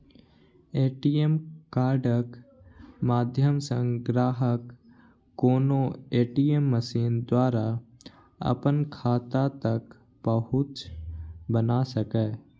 ATM कार्डक माध्यम सं ग्राहक कोनो ए.टी.एम मशीन द्वारा अपन खाता तक पहुंच बना सकैए